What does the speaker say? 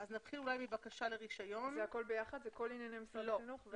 זה הכול ביחד, אלה כל ענייני משרד החינוך?